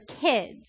kids